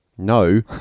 no